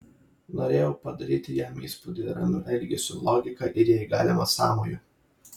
norėjau padaryti jam įspūdį ramiu elgesiu logika ir jei galima sąmoju